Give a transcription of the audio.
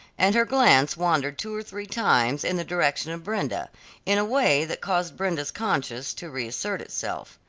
and her glance wandered two or three times in the direction of brenda in a way that caused brenda's conscience to reassert itself.